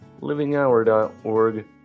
livinghour.org